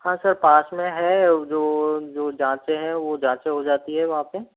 हाँ सर पास में है तो जो जाँचें हैं वो जाँचे हो जाती है वहाँ पे